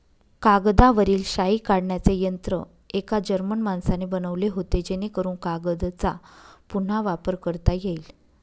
कागदावरील शाई काढण्याचे यंत्र एका जर्मन माणसाने बनवले होते जेणेकरून कागदचा पुन्हा वापर करता येईल